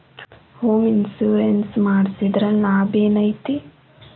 Home insurance ಮಡ್ಸಿದ್ರ ಲಾಭೆನೈತಿ?